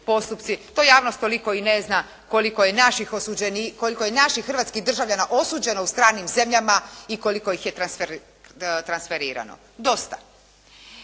je naših osuđenika, koliko je naših hrvatskih državljana osuđeno u stranim zemljama i koliko ih je transferirano. Dosta.